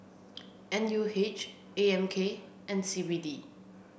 N U H A M K and C B D